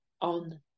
on